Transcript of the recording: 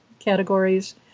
Categories